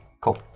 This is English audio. cool